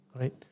right